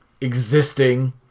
existing